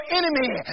enemy